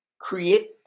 create